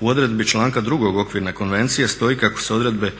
U odredbi članka 2. Okvirne konvencije stoji kako se odredbe